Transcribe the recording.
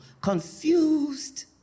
confused